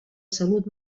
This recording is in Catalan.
salut